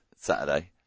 Saturday